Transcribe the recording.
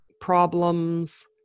problems